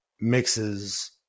mixes